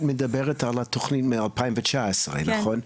את מדברת על התוכנית משנת 2019, נכון?